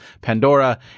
Pandora